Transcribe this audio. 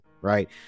right